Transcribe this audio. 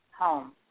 home